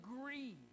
agree